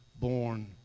born